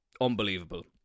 unbelievable